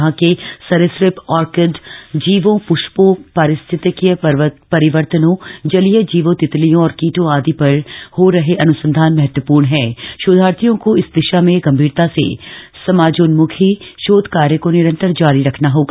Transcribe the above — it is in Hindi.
यहां के सरिसप आर्किड जीवों पृष्पों परिस्थितिकीय परिवर्तनों जलीय जीवों तितलियों और कीटों आदि पर हो रहे अनुसंधान महत्वपूर्ण है शोधार्थियों को इस दिशा में गंभीरता से समाजोन्मुखी शोध कार्य को निरंतर जारी रखना होगा